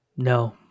No